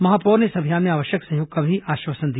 महापौर ने इस अभियान में आवश्यक सहयोग का आश्वासन दिया